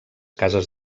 cases